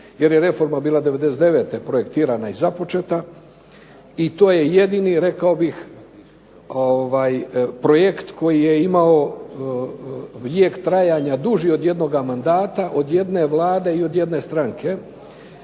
jer je reforma bila 99. projektirana i započeta i to je jedini projekt koji je imao vijek trajanja duži od trajanja jednoga mandata, od jedne Vlade i od jedne stranke.